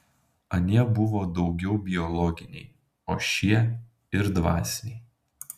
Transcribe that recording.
anie buvo daugiau biologiniai o šie ir dvasiniai